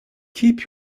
keep